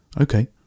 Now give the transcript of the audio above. Okay